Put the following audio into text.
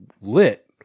lit